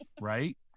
Right